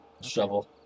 shovel